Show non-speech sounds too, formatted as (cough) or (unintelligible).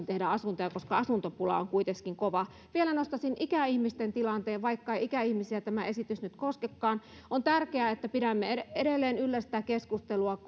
(unintelligible) tehdä asuntoja koska asuntopula on kuitenkin kova vielä nostaisin ikäihmisten tilanteen vaikka ei ikäihmisiä tämä esitys nyt koskekaan on tärkeää että pidämme edelleen yllä sitä keskustelua (unintelligible)